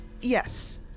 yes